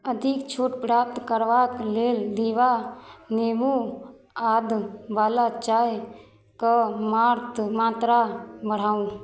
अधिक छूट प्राप्त करबाक लेल दीवा नेबू आदवाला चायके मार्क मात्रा बढ़ाउ